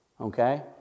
okay